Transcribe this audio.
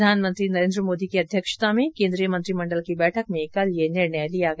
प्रधानमंत्री नरेंद्र मोदी की अध्यक्षता में केंद्रीय मंत्रिमंडल की बैठक में कल ये निर्णय लिया गया